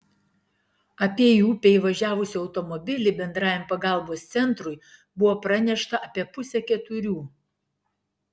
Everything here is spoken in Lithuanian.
apie į upę įvažiavusį automobilį bendrajam pagalbos centrui buvo pranešta apie pusę keturių